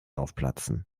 aufplatzen